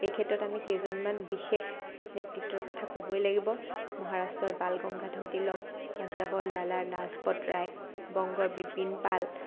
এইক্ষেত্ৰত আমি কেইজনমান বিশেষ নেতৃত্বৰ কথা ক'বই লাগিব মহাৰাষ্ট্ৰৰ বাল গংগাধৰ তিলক পঞ্জাবৰ লালা লাজপট ৰায় বংগৰ বিপিন পাল